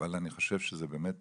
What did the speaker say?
חושב שזה באמת